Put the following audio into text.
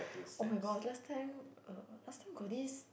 [oh]-my-god last time uh last time got this